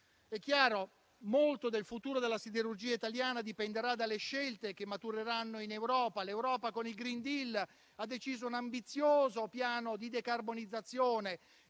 È chiaro, molto del futuro della siderurgia italiana dipenderà dalle scelte che matureranno in Europa. L'Europa con il *green deal* ha deciso un ambizioso piano di decarbonizzazione